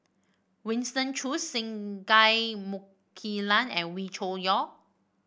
Winston Choos Singai Mukilan and Wee Cho Yaw